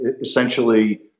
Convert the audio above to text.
essentially